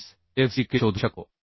45fck शोधू शकतो